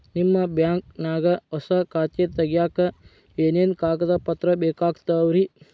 ನಿಮ್ಮ ಬ್ಯಾಂಕ್ ನ್ಯಾಗ್ ಹೊಸಾ ಖಾತೆ ತಗ್ಯಾಕ್ ಏನೇನು ಕಾಗದ ಪತ್ರ ಬೇಕಾಗ್ತಾವ್ರಿ?